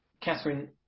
Catherine